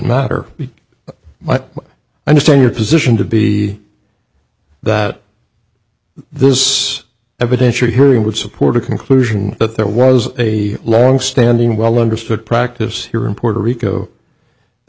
matter but i understand your position to be that this evidence you're hearing would support a conclusion that there was a longstanding well understood practice here in puerto rico the